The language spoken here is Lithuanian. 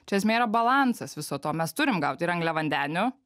čia esmė yra balansas viso to mes turim gaut ir angliavandenių